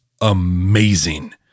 amazing